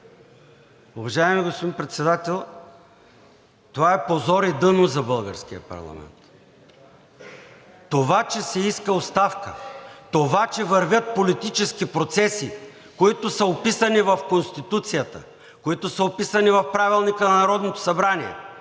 Уважаеми господин Председател, това е позор и дъно за българския парламент! Това, че се иска оставка, това че вървят политически процеси, които са описани в Конституцията и които са описани в Правилника на Народното събрание,